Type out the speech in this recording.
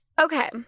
Okay